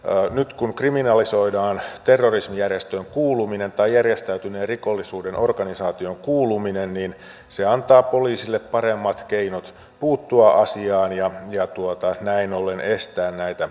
nyt kun kriminalisoidaan terroristijärjestöön kuuluminen tai järjestäytyneen rikollisuuden organisaatioon kuuluminen niin se antaa poliisille paremmat keinot puuttua asiaan ja näin ollen estää näitä hirmutekoja